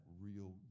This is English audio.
real